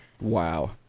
Wow